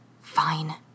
Fine